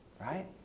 right